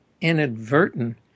inadvertent